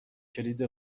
کلید